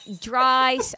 dry